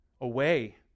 away